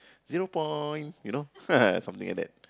zero point you know something like that